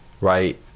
right